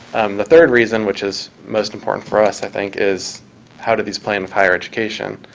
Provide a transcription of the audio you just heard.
the third reason, which is most important for us i think, is how do these play in with higher education.